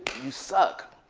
you suck,